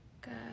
good